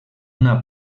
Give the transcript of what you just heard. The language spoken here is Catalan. una